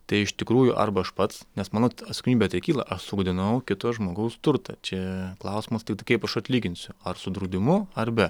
tai iš tikrųjų arba aš pats nes mano atsakomybė tai kyla aš sugadinau kito žmogaus turtą čia klausimas tiktai kaip aš atlyginsiu ar su draudimu ar be